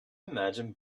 imagine